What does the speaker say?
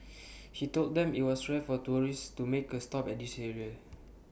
he told them IT was rare for tourists to make A stop at this area